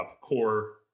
core